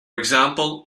example